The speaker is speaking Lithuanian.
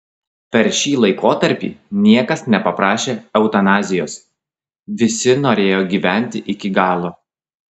per šį laikotarpį niekas nepaprašė eutanazijos visi norėjo gyventi iki galo